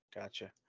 Gotcha